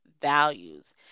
values